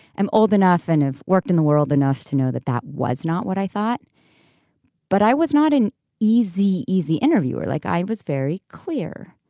i'm old enough and have worked in the world enough to know that that was not what i thought but i was not an easy easy interviewer like i was very clear.